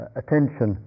attention